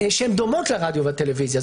שהן דומות לרדיו ולטלוויזיה,